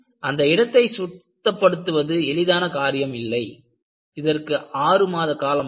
அந்த இடத்தை சுத்தப்படுத்துவது எளிதான காரியமாக இல்லை இதற்கு ஆறு மாத காலம் ஆனது